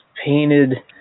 painted